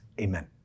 amen